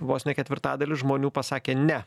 vos ne ketvirtadalis žmonių pasakė ne